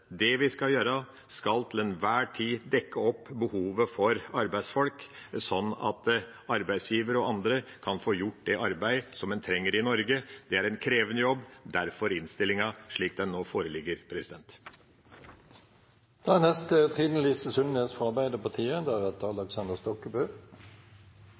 arbeidsgiver og andre kan få gjort det arbeidet som en trenger i Norge. Det er en krevende jobb, og derfor er innstillinga slik den nå foreligger.